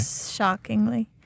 Shockingly